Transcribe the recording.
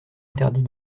interdit